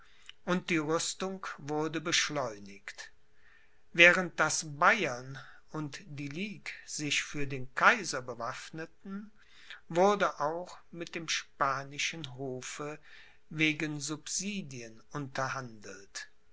und die rüstung wurde beschleunigt während daß bayern und die ligue sich für den kaiser bewaffneten wurde auch mit dem spanischen hofe wegen subsidien